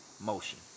motion